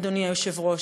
אדוני היושב-ראש,